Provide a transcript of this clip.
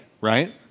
right